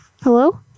Hello